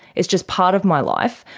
it's just part of my life,